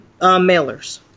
mailers